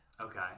Okay